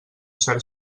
cert